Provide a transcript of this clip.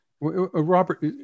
Robert